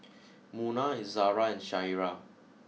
Munah Izzara and Syirah